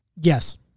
Yes